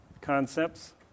concepts